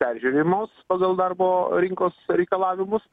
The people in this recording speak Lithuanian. peržiūrimos pagal darbo rinkos reikalavimus